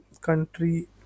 country